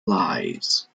lies